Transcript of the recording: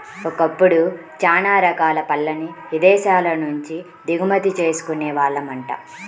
ఒకప్పుడు చానా రకాల పళ్ళను ఇదేశాల నుంచే దిగుమతి చేసుకునే వాళ్ళమంట